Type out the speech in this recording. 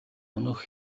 өнөөх